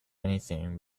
anything